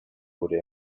wurde